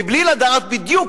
מבלי לדעת בדיוק